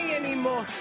anymore